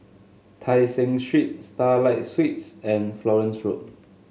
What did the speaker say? Tai Seng Street Starlight Suites and Florence Road